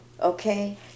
okay